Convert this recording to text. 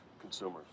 consumers